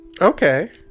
Okay